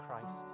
Christ